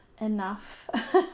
enough